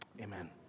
amen